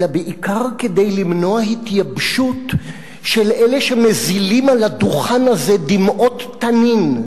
אלא בעיקר כדי למנוע התייבשות של אלה שמזילים על הדוכן הזה דמעות תנין,